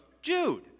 Jude